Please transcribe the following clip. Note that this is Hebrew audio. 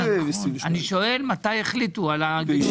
מתי החליטו על הגידול?